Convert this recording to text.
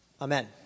Amen